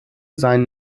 sein